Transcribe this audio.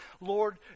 lord